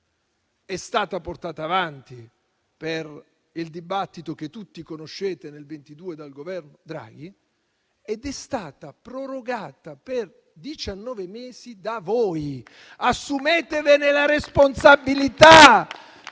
È stata portata avanti, per il dibattito che tutti conoscete, nel 2022 dal Governo Draghi ed è stata prorogata per diciannove mesi da voi. Assumetevene la responsabilità.